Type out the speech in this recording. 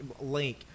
link